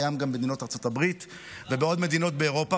הוא קיים גם במדינות ארצות הברית ובעוד מדינות באירופה.